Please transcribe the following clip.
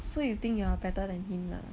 so you think you are better than him lah